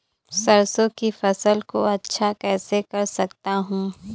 सरसो की फसल को अच्छा कैसे कर सकता हूँ?